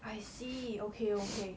I see okay okay